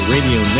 Radio